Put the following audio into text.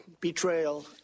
betrayal